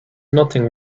nothing